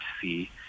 see